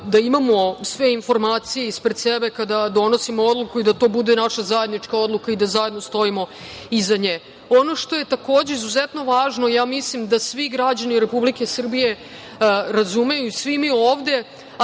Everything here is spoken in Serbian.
da imamo sve informacije ispred sebe kada donosimo odluku i da to bude naša zajednička odluka i da zajedno stojimo iza nje. Ono što je, takođe, izuzetno važno, ja mislim da svi građani Republike Srbije razumeju i svi mi ovde,